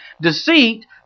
deceit